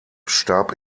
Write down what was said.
starb